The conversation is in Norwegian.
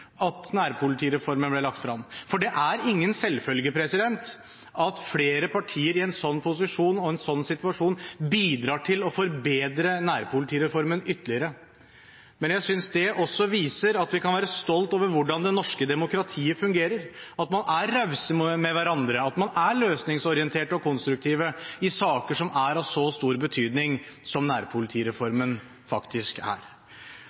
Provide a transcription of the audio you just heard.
at nærpolitireformen ble lagt frem. Det er ingen selvfølge at flere partier i en sånn posisjon og i en sånn situasjon bidrar til å forbedre nærpolitireformen ytterligere. Men jeg synes det også viser at vi kan være stolt over hvordan det norske demokratiet fungerer, at man er raus med hverandre, at man er løsningsorientert og konstruktiv i saker som er av så stor betydning som nærpolitireformen faktisk